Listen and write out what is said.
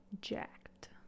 jacked